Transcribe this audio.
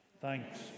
Thanks